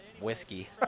whiskey